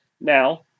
Now